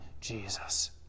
Jesus